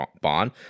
bond